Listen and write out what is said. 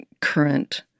current